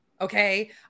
Okay